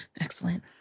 Excellent